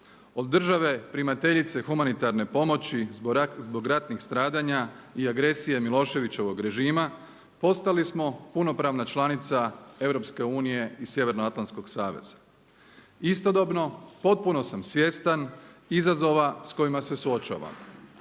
Od države primateljice humanitarne pomoći zbog ratnih stradanja i agresije Miloševićevog režima postali smo punopravna članica EU i Sjevernoatlantskog saveza. Istodobno potpuno sam svjestan izazova s kojima se suočavam.